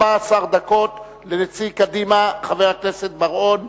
14 דקות לנציג קדימה, חבר הכנסת רוני בר-און.